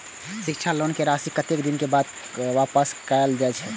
शिक्षा लोन के राशी कतेक दिन बाद वापस कायल जाय छै?